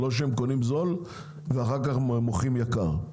לא שהן יקנו בזול ואז ימכרו ביקר.